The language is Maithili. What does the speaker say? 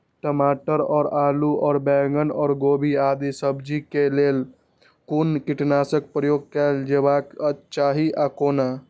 टमाटर और आलू और बैंगन और गोभी आदि सब्जी केय लेल कुन कीटनाशक प्रयोग कैल जेबाक चाहि आ कोना?